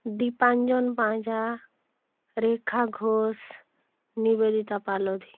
Dipanjan Panja Rekha Ghosh Nivedita Palodhi